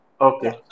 Okay